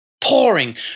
pouring